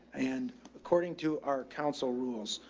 and according to our council rules,